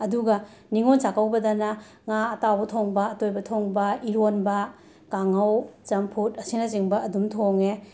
ꯑꯗꯨꯒ ꯅꯤꯉꯣꯜ ꯆꯥꯛꯀꯧꯕꯗꯅ ꯉꯥ ꯑꯇꯥꯎꯕ ꯊꯣꯡꯕ ꯑꯇꯣꯏꯕ ꯊꯣꯡꯕ ꯏꯔꯣꯟꯕ ꯀꯥꯡꯍꯧ ꯆꯝꯐꯨꯠ ꯑꯁꯤꯅꯆꯤꯡꯕ ꯑꯗꯨꯝ ꯊꯣꯡꯉꯦ